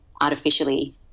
artificially